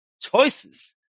Choices